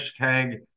hashtag